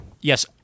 Yes